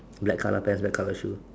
black colour pants black colour shoe